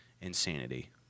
insanity